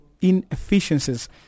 inefficiencies